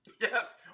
yes